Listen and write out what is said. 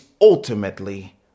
ultimately